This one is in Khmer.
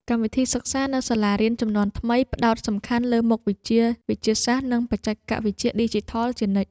កម្មវិធីសិក្សានៅសាលារៀនជំនាន់ថ្មីផ្ដោតសំខាន់លើមុខវិជ្ជាវិទ្យាសាស្ត្រនិងបច្ចេកវិទ្យាឌីជីថលជានិច្ច។